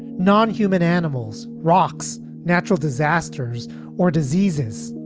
non-human animals, rocks, natural disasters or diseases.